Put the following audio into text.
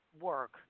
work